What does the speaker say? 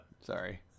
Sorry